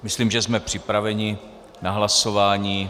Myslím, že jsme připraveni na hlasování.